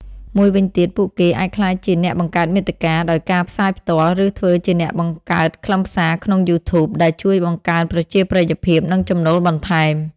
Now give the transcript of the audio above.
មួយវិញទៀត ពួកគេអាចក្លាយជា អ្នកបង្កើតមាតិកា ដោយការផ្សាយផ្ទាល់ ឬធ្វើជាអ្នកបង្កើតខ្លឹមសារក្នុងយូធូប ដែលជួយបង្កើនប្រជាប្រិយភាព និងចំណូលបន្ថែម។